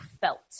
felt